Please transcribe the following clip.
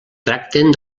tracten